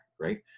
right